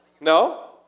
No